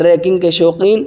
tracking کے شوقین